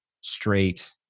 straight